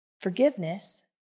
Forgiveness